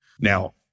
Now